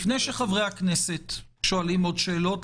לפני שחברי הכנסת שואלים עוד שאלות,